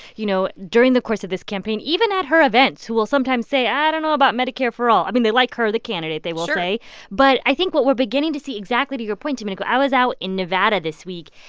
you know, during the course of this campaign, even at her events, who will sometimes say i don't know about medicare for all. i mean, they like her the candidate, they will say but i think what we're beginning to see exactly your point, domenico, i was out in nevada this week.